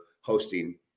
hosting